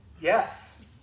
Yes